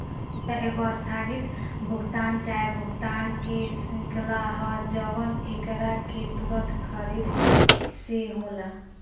कर्जा एगो आस्थगित भुगतान चाहे भुगतान के श्रृंखला ह जवन एकरा के तुंरत खरीद से होला